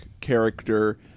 character